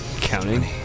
Counting